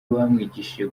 bamwigishije